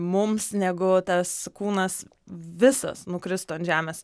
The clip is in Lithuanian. mums negu tas kūnas visas nukristų ant žemės